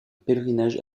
pèlerinage